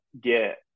get